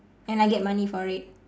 and I get money for it